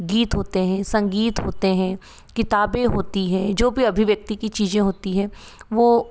गीत होते हैं संगीत होते हैं किताबें होती है जो भी अभिव्यक्ति की चीज़ें होती हैं वो